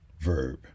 verb